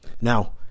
Now